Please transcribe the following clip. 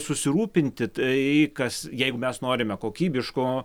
susirūpinti tai kas jeigu mes norime kokybiško